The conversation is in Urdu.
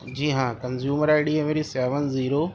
جی ہاں کنزیومر آئی ڈی ہے میری سیون زیرو